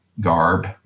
garb